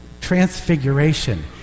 transfiguration